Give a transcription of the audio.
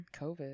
COVID